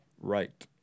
right